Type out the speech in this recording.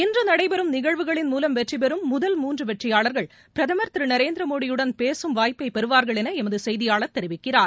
இன்று நடைபெறம் நிகழ்வுகளின் மூலம் வெற்றிபெறும் முதல் மூன்று வெற்றியாளர்கள் பிரதம் திரு நரேந்திரமோடி யுடன் பேசும் வாய்ப்பை பெறுவார்கள் என எமது செய்தியாளர் தெரிவிக்கிறார்